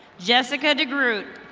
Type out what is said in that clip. jessica de groot.